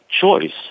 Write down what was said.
choice